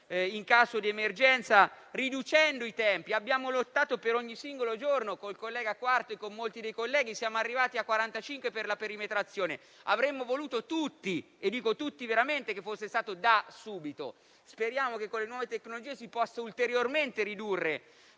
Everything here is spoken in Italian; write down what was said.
in caso di emergenza, riducendo i tempi. Abbiamo lottato per ogni singolo giorno, con il collega Quarto e con molti dei colleghi, e siamo arrivati a quarantacinque giorni per la perimetrazione. Avremmo voluto tutti - e dico tutti veramente - che fosse stato da subito. Speriamo che con le nuove tecnologie si possa ulteriormente ridurre